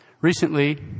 Recently